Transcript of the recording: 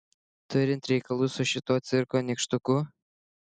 turint reikalų su šituo cirko nykštuku